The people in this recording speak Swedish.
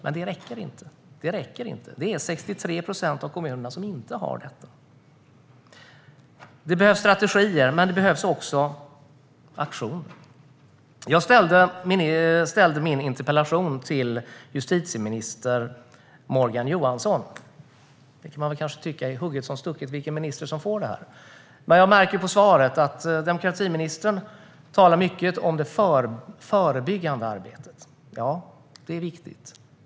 Men det räcker inte, för det är 63 procent av kommunerna som inte har detta. Det behövs strategier, men det behövs också aktion. Jag ställde min interpellation till justitieminister Morgan Johansson. Man kan kanske tycka att det är hugget som stucket vilken minister som svarar på interpellationen. Men jag märker på svaret att demokratiministern talar mycket om det förebyggande arbetet. Ja, det är viktigt.